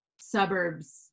suburbs